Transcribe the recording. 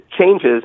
changes